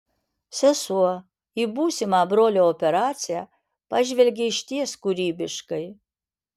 sesuo į būsimą brolio operaciją pažvelgė išties kūrybiškai